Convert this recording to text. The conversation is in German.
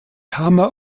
hammer